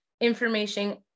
information